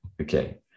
Okay